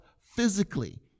physically